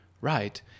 right